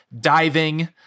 diving